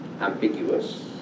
ambiguous